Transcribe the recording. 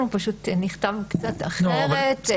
והוא רק נכתב קצת אחרת.